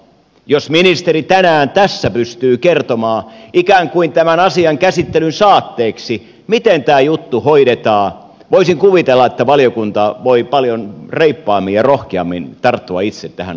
jos ministeri tänään tässä pystyy kertomaan ikään kuin tämän asian käsittelyn saatteeksi miten tämä juttu hoidetaan voisin kuvitella että valiokunta voi paljon reippaammin ja rohkeammin tarttua itse tähän asiaan